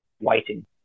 waiting